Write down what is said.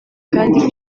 kandi